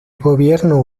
gobierno